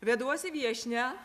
veduosi viešnią